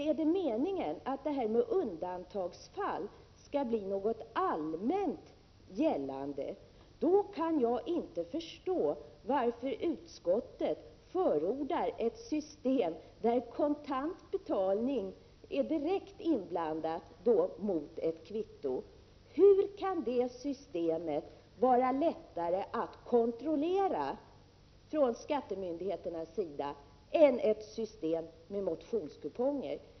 Är det meningen att detta med undantagsfall skall bli något allmänt, då kan jag inte förstå varför utskottet förordar ett system där kontant betalning mot kvitto används. Hur kan det systemet vara lättare att kontrollera från skattemyndigheternas sida än ett system med motionskuponger?